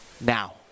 Now